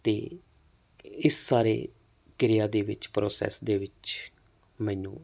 ਅਤੇ ਇਸ ਸਾਰੇ ਕਿਰਿਆ ਦੇ ਵਿੱਚ ਪ੍ਰੋਸੈਸ ਦੇ ਵਿੱਚ ਮੈਨੂੰ